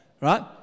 right